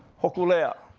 hokule'a.